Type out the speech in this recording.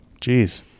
Jeez